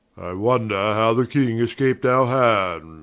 i wonder how the king escap'd our